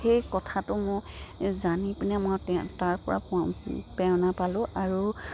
সেই কথাটো মোৰ জানি পিনে মই তাৰপৰা প্ৰেৰণা পালোঁ আৰু